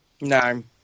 No